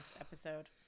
episode